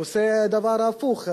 הוא עושה דבר הפוך,